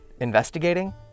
investigating